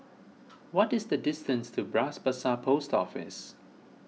what is the distance to Bras Basah Post Office